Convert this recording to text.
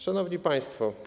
Szanowni Państwo!